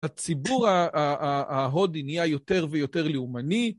הציבור ההודי נהיה יותר ויותר לאומני.